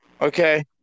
okay